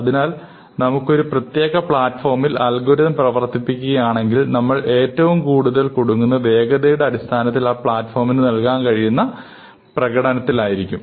അതിനാൽ നമുക്ക് ഒരു പ്രത്യേക പ്ലാറ്റ്ഫോമിൽ അൽഗോരിതം പ്രവർത്തിപ്പിക്കുകയാണെങ്കിൽ നമ്മൾ ഏറ്റവും കൂടുതൽ കുടുങ്ങുന്നത് വേഗതയുടെ അടിസ്ഥാനത്തിൽ ആ പ്ലാറ്റ്ഫോമിന് നൽകാൻ കഴിയുന്ന പ്രകടനത്തിൽ ആയിരിക്കും